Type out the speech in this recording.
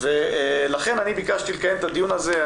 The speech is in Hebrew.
לכן ביקשתי לקיים את הדיון הזה.